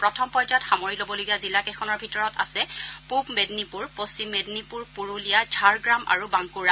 প্ৰথম পৰ্যায়ত সামৰি ল'বলগীয়া জিলা কেইখনৰ ভিতৰত আছে পূব মেডিনীপুৰ পশ্চিম মেডিনীপুৰ পুৰুলিয়া ঝাৰগ্ৰাম আৰু বাংকুৰা